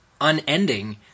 unending